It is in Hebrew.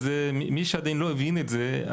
מי שעדיין לא הבין את זה,